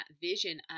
vision